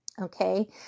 Okay